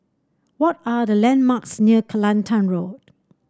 what are the landmarks near Kelantan Road